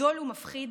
גדול ומפחיד,